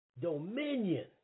Dominion